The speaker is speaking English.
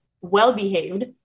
well-behaved